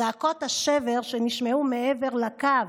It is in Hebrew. זעקות השבר שנשמעו מעבר לקו,